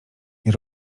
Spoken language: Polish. nie